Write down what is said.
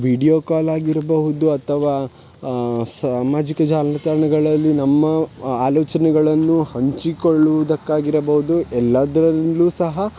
video call ಆಗಿರ್ಬೌದು ಅಥವಾ ಸಾಮಾಜಿಕ ಜಾಲತಾಣಗಳಲ್ಲಿ ನಮ್ಮ ಆಲೋಚನೆಗಳನ್ನು ಹಂಚಿಕೊಳ್ಳುವುದಕ್ಕಾಗಿರಬೌದು ಎಲ್ಲದ್ರಲ್ಲೂ ಸಹ